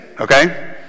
Okay